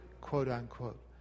quote-unquote